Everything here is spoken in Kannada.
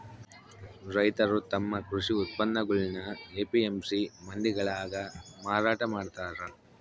ರೈತರು ತಮ್ಮ ಕೃಷಿ ಉತ್ಪನ್ನಗುಳ್ನ ಎ.ಪಿ.ಎಂ.ಸಿ ಮಂಡಿಗಳಾಗ ಮಾರಾಟ ಮಾಡ್ತಾರ